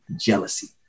Jealousy